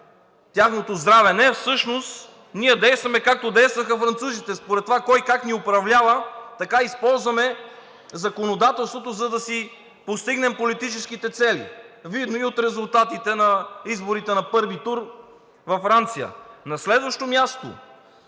тяхното здраве. Не, всъщност ние действаме както действаха французите. Според това кой как ни управлява, така използваме законодателството, за да си постигнем политическите цели, видно и от резултатите на изборите на първи тур във Франция. На следващо място,